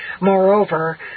Moreover